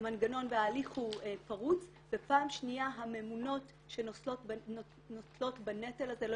המנגנון בהליך הוא פרוץ ופעם שנייה הממונות שנושאות ונוטלות בנטל הזה לא